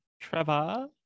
Trevor